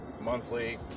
monthly